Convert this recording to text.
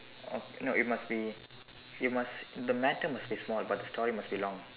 oh no it must be you must the matter must be small but the story must be long